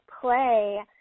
play